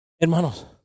Hermanos